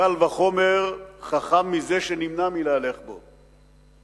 קל וחומר חכם מזה שנמנע מלהלך בו.